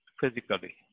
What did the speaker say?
physically